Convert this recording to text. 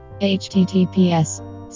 https